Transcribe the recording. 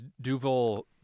Duval